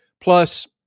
plus